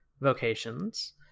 vocations